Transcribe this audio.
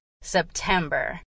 September